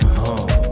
home